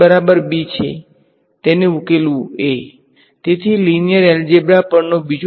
તેથી n કરતા મોટું તમે સાહજિક રીતે જોઈ શકશો જેટલુ સારું હું એક્ચુઅલ ફંક્શન rho ને એપ્રોક્ષીમેટ કરીશ અને તમે પે કરશો